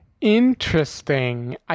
Interesting